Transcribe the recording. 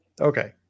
Okay